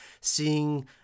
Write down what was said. seeing